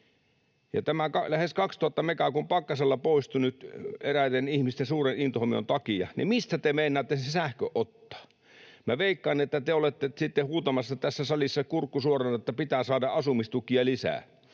Ja tämä lähes 2 000 megaa kun pakkasella poistuu nyt eräiden ihmisten suuren intohimon takia, mistä te meinaatte sen sähkön ottaa? Minä veikkaan, että te olette sitten huutamassa tässä salissa kurkku suorana, että pitää saada asumistukia lisää.